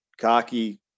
cocky